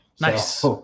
Nice